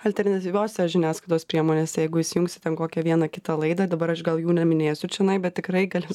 alternatyviose žiniasklaidos priemonėse jeigu įsijungsi ten kokią vieną kitą laidą dabar aš gal jų neminėsiu čionai bet tikrai gali